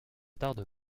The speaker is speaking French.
tarde